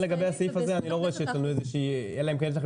לגבי הסעיף הזה אני לא רואה אלא אם כן יש לכם